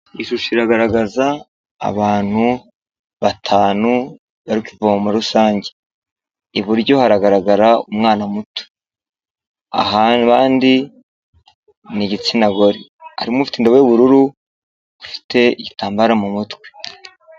Ishusho iragaragaza abantu batanu bari ku ivomo rusange iburyo haragaragara umwana muto ahabandi ni igitsina gore harimo ufite indobo y'ubururu ufite igitambaro mu mutwe.